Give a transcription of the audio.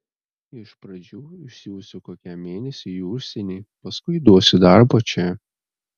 iš pradžių išsiųsiu kokiam mėnesiui į užsienį paskui duosiu darbo čia